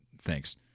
Thanks